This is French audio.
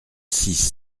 six